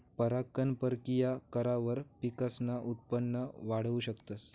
परागकण परकिया करावर पिकसनं उत्पन वाढाऊ शकतस